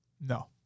no